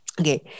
okay